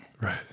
Right